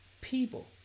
people